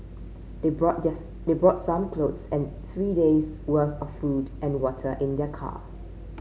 they brought this they brought some clothes and three days' worth of food and water in their car